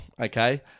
okay